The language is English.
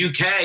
UK